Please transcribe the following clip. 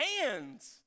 hands